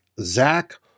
Zach